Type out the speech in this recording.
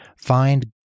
find